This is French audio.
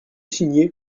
signer